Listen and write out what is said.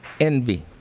envy